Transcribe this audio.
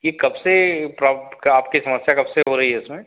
ये कब से आपकी समस्या कब से हो रही है इसमें